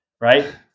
Right